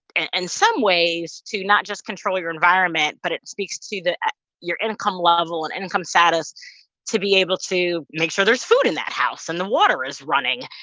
and some ways, to not just control your environment, but it speaks to the your income level and income status to be able to make sure there's food in that house and the water is running